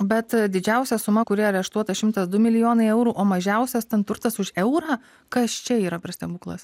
bet didžiausia suma kuri areštuota šimtas du milijonai eurų o mažiausias ten turtas už eurą kas čia yra per stebuklas